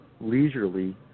leisurely